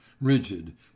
rigid